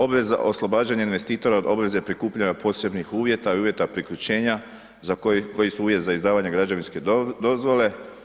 Obveza oslobađanja investitora obveza je prikupljanja posebnih uvjeta i uvjeta priključenja koji su uvjet za izdavanje građevinske dozvole.